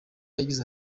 yagize